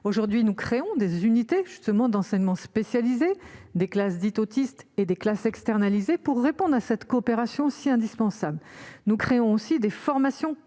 Aujourd'hui, nous créons des unités d'enseignement spécialisé- les classes adaptées pour les autistes et les classes externalisées -afin de mettre en oeuvre cette coopération si indispensable. Nous créons aussi des formations